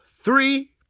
three